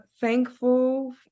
thankful